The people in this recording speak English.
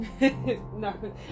No